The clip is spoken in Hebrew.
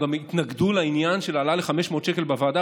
הם גם התנגדו לעניין של העלאה ל-500 שקל בוועדה,